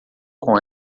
com